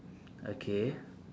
okay